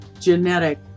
genetic